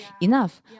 enough